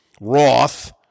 Roth